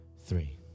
three